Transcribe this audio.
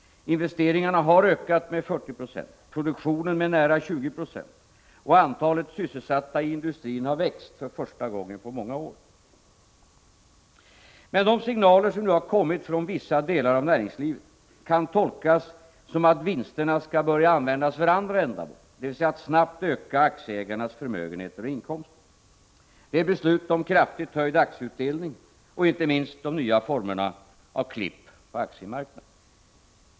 Investeringarna har ökat med 40 90, produktionen med nära 20 26 och antalet sysselsatta i industrin har växt, för första gången på många år. Men de signaler som nu har kommit från vissa delar av näringslivet kan tolkas så att vinsterna skall börja användas för andra ändamål, dvs. att snabbt öka aktieägarnas förmögenheter och inkomster. Det är beslut om kraftigt höjd aktieutdelning och, inte minst, de nya formerna av klipp på aktiemarknaden.